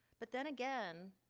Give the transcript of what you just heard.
but then again,